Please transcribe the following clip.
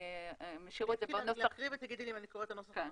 אני אקריא ואת תגידי לי אם אני קוראת את הנוסח הנכון.